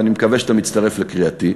ואני מקווה שאתה מצטרף לקריאתי,